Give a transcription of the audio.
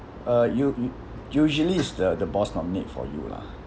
uh u~ u~ usually is the the boss nominate for you lah